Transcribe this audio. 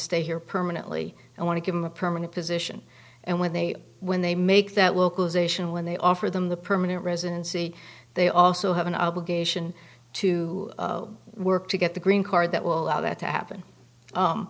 stay here permanently and want to give them a permanent position and when they when they make that localization when they offer them the permanent residency they also have an obligation to work to get the green card that will allow that to happen